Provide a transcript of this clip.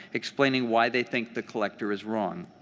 explaining why they think the collector is wrong.